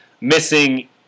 missing